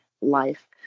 life